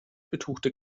betuchte